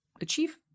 achieve